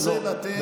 לא,